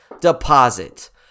deposit